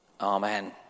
Amen